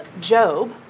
Job